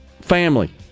family